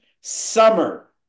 summer